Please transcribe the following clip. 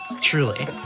truly